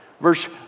Verse